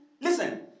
Listen